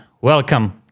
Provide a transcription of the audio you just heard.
welcome